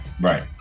Right